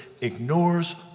ignores